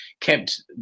kept